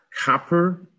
copper